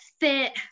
fit